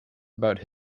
about